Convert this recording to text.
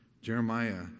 Jeremiah